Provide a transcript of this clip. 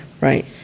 Right